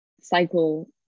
cycle